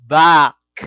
back